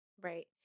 Right